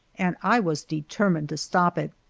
and i was determined to stop it.